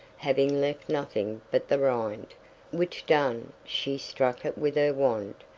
having left nothing but the rind which done, she struck it with her wand,